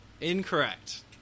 Incorrect